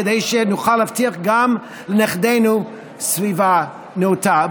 כדי שנוכל להבטיח גם לנכדינו סביבה נאותה.